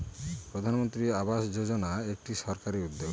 প্রধানমন্ত্রী আবাস যোজনা একটি সরকারি উদ্যোগ